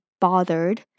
bothered